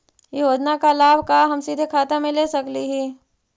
योजना का लाभ का हम सीधे खाता में ले सकली ही?